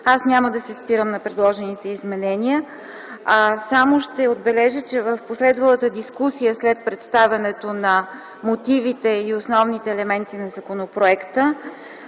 аз няма да се спирам на предложените изменения, а само ще отбележа, че в последвалата дискусия, след представянето на мотивите и основните елементи на законопроекта,